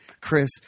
Chris